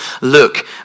look